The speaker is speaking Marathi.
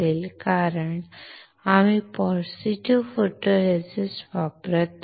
कारण आम्ही पॉझिटिव्ह फोटोरेसिस्ट वापरत आहोत